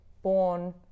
born